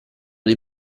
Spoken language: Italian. dei